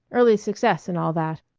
early success and all that.